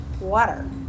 Water